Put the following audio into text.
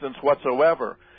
whatsoever